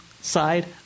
side